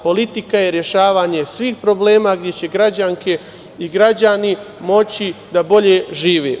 Politika je rešavanje svih problema gde će građanke i građani moći da bolje žive.